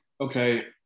okay